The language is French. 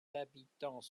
habitants